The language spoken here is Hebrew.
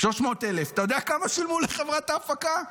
300,000, אתה יודע כמה שילמו לחברת ההפקה?